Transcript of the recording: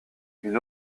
une